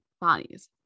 bodies